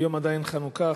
היום עדיין חנוכה,